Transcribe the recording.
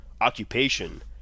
Occupation